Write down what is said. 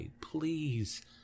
please